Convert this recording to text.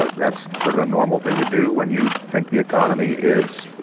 but that's sort of a normal thing to do when you think the economy is,